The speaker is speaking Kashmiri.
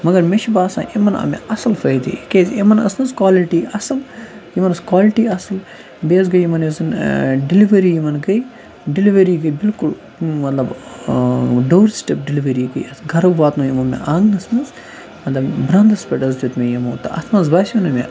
مگر مےٚ چھِ باسان یِمَن آو مےٚ اَصٕل فٲیدٕ کیٛازِ یِمَن ٲس نہ حظ کالٹی اَصٕل یِمَن ٲس کالٹی اَصٕل بیٚیہِ حظ گٔے یِمَن یُس زَن ڈِلؤری یِمَن گٔے ڈِلؤری گٔے بلکل مطلب ڈور سِٹٮ۪پ ڈِلؤری گٔے اَتھ گَرٕ واتنوو یِمو مےٚ آنٛگنَس منٛز مطلب برٛانٛدَس پٮ۪ٹھ حظ دیُت مےٚ یِمو تہٕ اَتھ منٛز باسیو نہٕ مےٚ